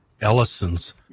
Ellison's